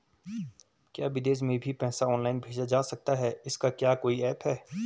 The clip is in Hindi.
क्या विदेश में भी पैसा ऑनलाइन भेजा जा सकता है इसका क्या कोई ऐप है?